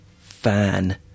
Fan